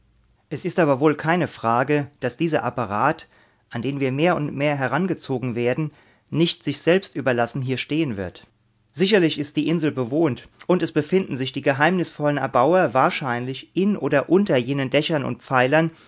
es ist aber wohl keine frage daß dieser apparat an den wir mehr und mehr herangezogen werden nicht sich selbst überlassen hier stehen wird sicherlich ist die insel bewohnt es befinden sich die geheimnisvollen erbauer wahrscheinlich in oder unter jenen dächern und pfeilern